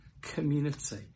community